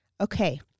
Okay